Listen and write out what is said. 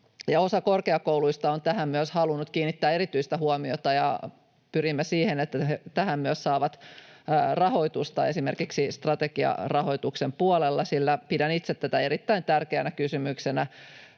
Osa korkeakouluista on tähän myös halunnut kiinnittää erityistä huomiota, ja pyrimme siihen, että ne tähän myös saavat rahoitusta esimerkiksi strategiarahoituksen puolella, sillä pidän itse tätä erittäin tärkeänä kysymyksenä.